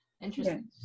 Interesting